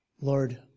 Lord